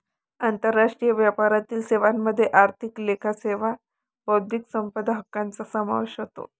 आंतरराष्ट्रीय व्यापारातील सेवांमध्ये आर्थिक लेखा सेवा बौद्धिक संपदा हक्कांचा समावेश होतो